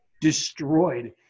destroyed